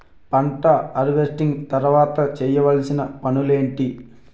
పంట హార్వెస్టింగ్ తర్వాత చేయవలసిన పనులు ఏంటి?